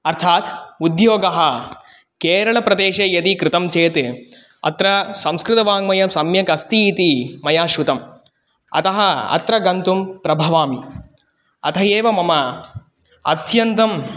अर्थात् उद्योगः केरलप्रदेशे यदि कृतं चेत् अत्र संस्कृतवाङ्मयं सम्यक् अस्ति इति मया श्रुतम् अतः अत्र गन्तुं प्रभवामि अत एव मम अत्यन्तं